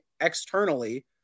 externally